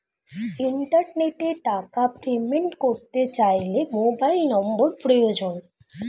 ইন্টারনেটে টাকা পেমেন্ট করতে চাইলে মোবাইল নম্বর প্রয়োজন